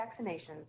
vaccinations